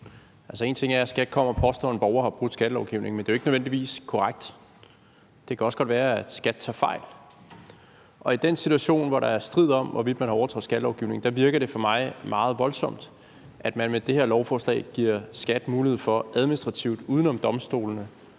Én ting er, at skattemyndighederne kommer og påstår, at en borger har brudt skattelovgivningen, men det er jo ikke nødvendigvis korrekt. Det kan godt være, at skattevæsenet tager fejl. Og i den situation, hvor der er strid om, hvorvidt skattelovgivningen er overtrådt, virker det for mig meget voldsomt, at man med det her lovforslag giver skattemyndighederne mulighed for administrativt, uden om domstolene,